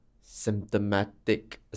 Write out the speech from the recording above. symptomatic